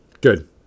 Good